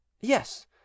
yes